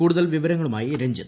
കൂടുതൽ വിവരങ്ങളുമായി ്രജ്ഞിത്ത്